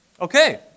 Okay